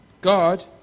God